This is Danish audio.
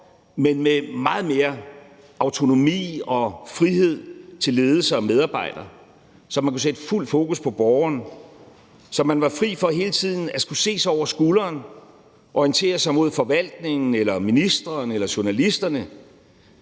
men med meget mere autonomi og frihed til ledelse og medarbejdere, så man kunne sætte fuldt fokus på borgerne, så man var fri for hele tiden at skulle se sig over skulderen og orientere sig mod forvaltningen eller ministeren eller journalisterne.